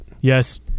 yes